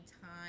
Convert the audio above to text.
time